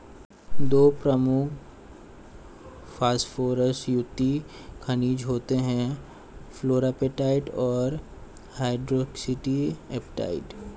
दो प्रमुख फॉस्फोरस युक्त खनिज होते हैं, फ्लोरापेटाइट और हाइड्रोक्सी एपेटाइट